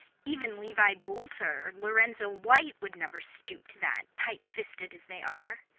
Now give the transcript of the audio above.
even levi boulter or lorenzo white would never stoop to that, tightfisted as they are.